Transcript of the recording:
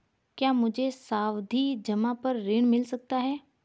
क्या मुझे सावधि जमा पर ऋण मिल सकता है?